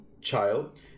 child